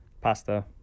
pasta